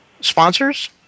sponsors